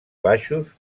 baixos